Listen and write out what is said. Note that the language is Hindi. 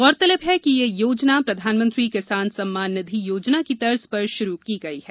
गौरतलब है कि इस योजना प्रधानमंत्री किसान सम्मान निधि योजना की तर्ज पर प्रारंभ की गई है